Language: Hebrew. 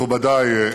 מכובדי,